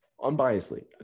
unbiasedly